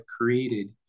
created